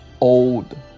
old